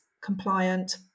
compliant